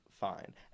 Fine